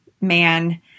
man